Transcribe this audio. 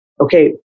okay